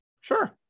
Sure